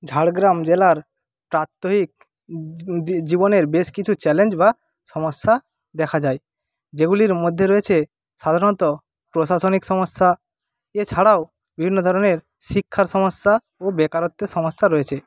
ঝাড়গ্রাম জেলার প্রাত্যহিক জীবনের বেশ কিছু চ্যালেঞ্জ বা সমস্যা দেখা যায় যেগুলির মধ্যে রয়েছে সাধারণত প্রশাসনিক সমস্যা এছাড়াও বিভিন্ন ধরনের শিক্ষার সমস্যা ও বেকারত্বের সমস্যা রয়েছে